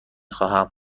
خواهم